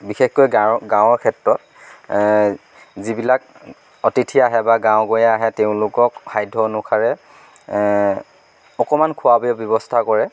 বিশেষকৈ গাঁৱৰ গাঁৱৰ ক্ষেত্ৰত যিবিলাক অতিথি আহে বা গাঁৱৰ গঞা আহে তেওঁলোকক সাধ্য অনুসাৰে অকমান খোৱা বোৱাৰ ব্যৱস্থা কৰে